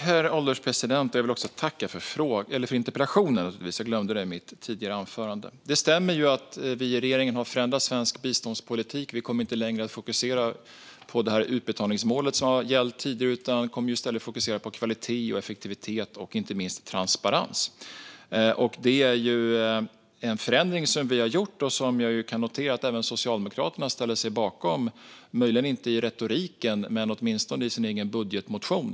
Herr ålderspresident! Jag vill tacka för interpellationen; jag glömde det i mitt förra anförande. Det stämmer att vi i regeringen har förändrat svensk biståndspolitik. Vi kommer inte längre att fokusera på utbetalningsmålet som gällt tidigare utan kommer i stället att fokusera på kvalitet och effektivitet och inte minst transparens. Det är en förändring som vi har gjort och som jag noterar att även Socialdemokraterna ställer sig bakom, möjligen inte i sin retorik men åtminstone i sin egen budgetmotion.